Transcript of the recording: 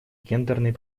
гендерной